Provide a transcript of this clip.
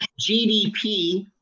GDP